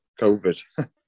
COVID